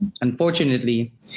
unfortunately